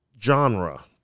genre